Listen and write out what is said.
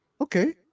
okay